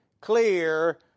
clear